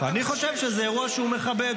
אני חושב שזה אירוע שהוא מכבד,